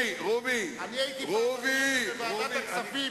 ילדים, תשמעו על שר החוץ ותשמעו גם על חצי עבודה.